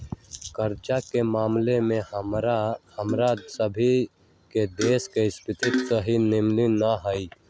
कर्जा के ममला में हमर सभ के देश के स्थिति सेहो निम्मन न हइ